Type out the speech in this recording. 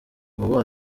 ubu